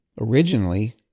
Originally